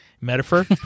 Metaphor